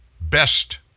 best